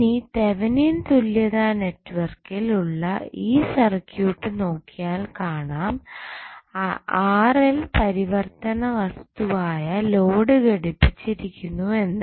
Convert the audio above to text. ഇനി തെവനിയൻ തുല്യതാ നെറ്റ്വർക്കിൽ ഉള്ള ഈ സർക്യൂട്ട് നോക്കിയാൽ കാണാം പരിവർത്തന വസ്തുവായ ലോഡ് ഘടിപ്പിച്ചിരിക്കുന്നു എന്ന്